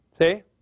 See